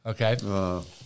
Okay